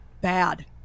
bad